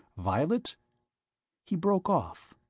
violet he broke off,